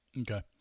okay